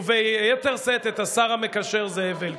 וביתר שאת את השר המקשר זאב אלקין.